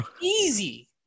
easy